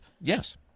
Yes